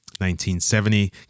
1970